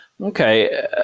Okay